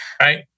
right